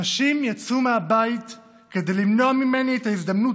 אנשים יצאו מהבית כדי למנוע ממני את ההזדמנות